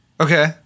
Okay